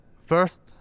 first